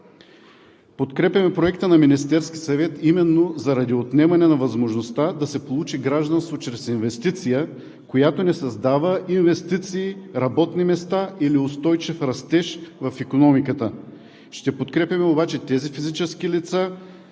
Подкрепяме Проекта на Министерския съвет именно заради отнемане на възможността да се получи гражданство чрез инвестиция, която не създава инвестиции, работни места или устойчив растеж в икономиката. Ще подкрепяме обаче тези физически лица,